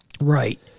Right